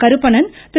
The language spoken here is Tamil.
கருப்பணன் திரு